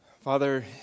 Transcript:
Father